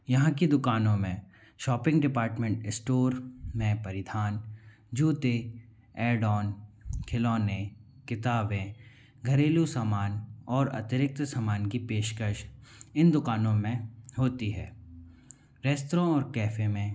यहाँ की दुकानों में शॉपिंग डिपार्टमेंट इस्टोर नए परिधान जूते एड ऑन खिलौने किताबें घरेलू सामान और अतिरिक्त सामान की पेशकश इन दुकानों में होती है रेस्त्रों और कैफ़े में